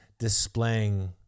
displaying